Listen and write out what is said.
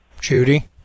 Judy